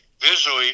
visually